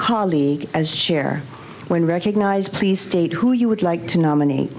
colleague as share when recognized please state who you would like to nominate